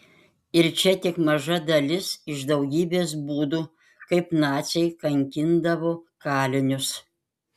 ir čia tik maža dalis iš daugybės būdų kaip naciai kankindavo kalinius